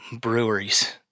breweries